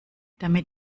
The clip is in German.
damit